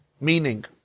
meaning